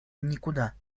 никуда